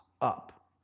up